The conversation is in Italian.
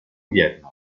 vietnam